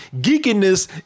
geekiness